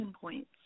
points